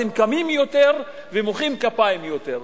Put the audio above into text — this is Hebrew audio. אז הם קמים יותר ומוחאים כפיים יותר.